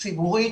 ציבורית,